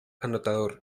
anotador